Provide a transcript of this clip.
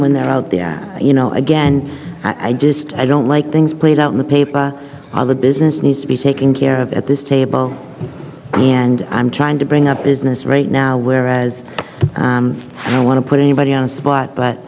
when they're out there you know again i just i don't like things played out in the paper other business needs to be taken care of at this table and i'm trying to bring up business right now whereas i want to put anybody on the spot but